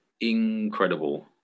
incredible